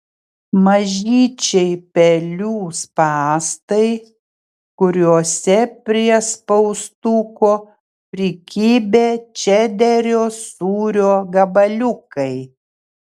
mažyčiai pelių spąstai kuriuose prie spaustuko prikibę čederio sūrio gabaliukai